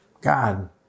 God